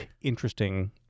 interesting